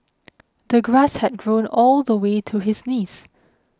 the grass had grown all the way to his knees